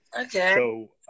okay